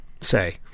say